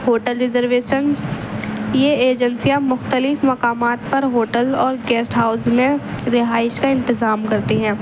hotel reservations یہ ایجنسیاں مختلف مقامات پر ہوٹل اور گیسٹ ہاؤس میں رہائش کا انتظام کرتی ہیں